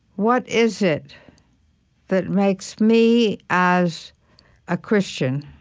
what is it that makes me, as a christian,